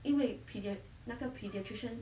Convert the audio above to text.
因为 paedia~ 那个 paediatrician